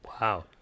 wow